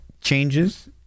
changes